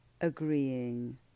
agreeing